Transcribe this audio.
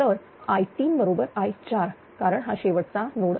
तर I3 बरोबर i4 कारण हा शेवटचा नोड आहे